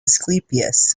asclepius